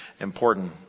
important